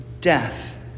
death